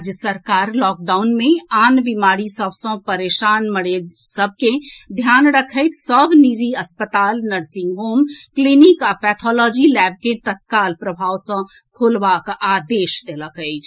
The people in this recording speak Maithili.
राज्य सरकार लॉकडाउन मे आन बीमारी सभ सँ परेशान मरीज सभ के ध्यान रखैत सभ निजी अस्पताल नर्सिंग होम क्लीनिक आ पैथोलॉजी लैब के तत्काल प्रभाव सँ खोलबाक आदेश देलक अछि